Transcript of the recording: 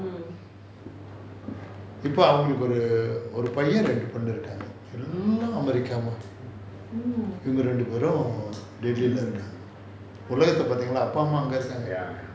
இப்போ அவங்களுக்கு ஒரு பையன் ரெண்டு பொண்ணு இருகாங்க எல்லாம்:ippo avangaluku oru paiyan rendu ponnu irukanga ellaam america leh இருகாங்க இவங்க ரெண்டு பேரு:irukaanga ivanga rendu peru delhi leh இருகாங்க உலகத்தை பாத்திங்களா அப்பா அம்மா அங்க இருகாங்க:irukaanga ulagatha paathingala appa amma anga irukanga